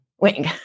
wing